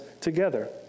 together